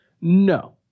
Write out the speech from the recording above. No